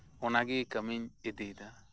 ᱚᱱᱟᱜᱮ ᱠᱟᱹᱢᱤᱧ ᱤᱫᱤᱭᱮᱫᱟ